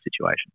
situation